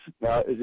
Now